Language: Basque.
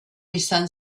izan